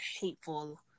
hateful